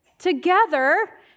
Together